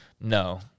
No